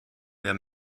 wer